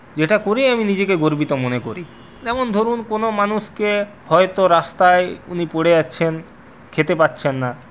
যেটা করি আমি নিজেকে গর্বিত মনে করি যেমন ধরুন কোন মানুষকে হয়ত রাস্তায় উনি পড়ে আছেন খেতে পারছেন না